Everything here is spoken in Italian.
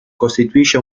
costituisce